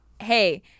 Hey